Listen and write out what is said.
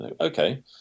Okay